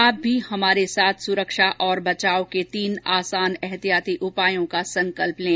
आप भी हमारे साथ सुरक्षा और बचाव के तीन आसान एहतियाती उपायों का संकल्प लें